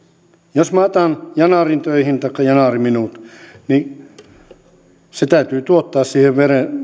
jos minä otan yanarin töihin taikka yanar minut niin sen täytyy tuottaa siihen